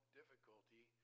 difficulty